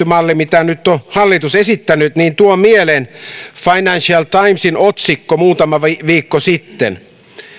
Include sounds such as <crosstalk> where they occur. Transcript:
<unintelligible> malli mitä nyt on hallitus esittänyt tuo mieleen financial timesin otsikon muutama viikko sitten